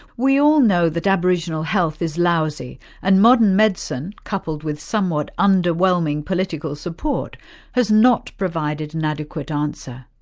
we all know that aboriginal health is lousy and modern medicine couple with somewhat underwhelming political support has not provided an adequate answer.